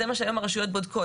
זה מה שהיום הרשויות בודקות,